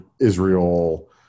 Israel